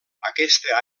aquesta